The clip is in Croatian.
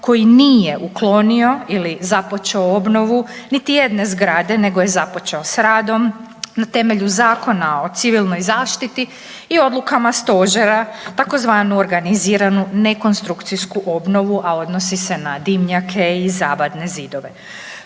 koji nije uklonio ili započeo obnovu niti jedne zgrade nego je započeo s radom na temelju Zakona o civilnoj zaštiti i odlukama stožera tzv. organiziranu ne konstrukciju obnovu a odnosi se na dimnjake i zabatne zidove.